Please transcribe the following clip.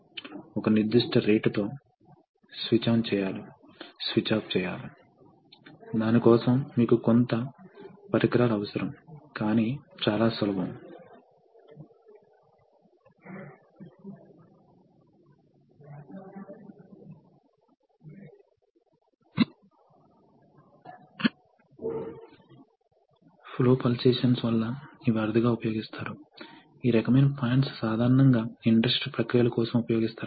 మరియు ఇతర రకాలు నాన్ పాజిటివ్ డిస్ప్లేసెమెంట్ మీకు సెంట్రిఫ్యూగల్ రకం తెలుసు ముఖ్యంగా ఫాన్స్ మరియు బ్లోయర్ల రకాలు మీకు తెలుసు ఇవి మీకు పెద్ద పరిమాణంలో గాలి అవసరమైనప్పుడు ఉపయోగించబడతాయి అయితే అధిక ప్రెషర్ వద్ద కాదు కాబట్టి సాధారణంగా అధిక ప్రెషర్ లు పాజిటివ్ డిస్ప్లేసెమెంట్ రకం కంప్రెషర్లను ఉపయోగిస్తారు